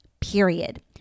period